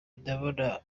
ndabona